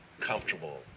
comfortable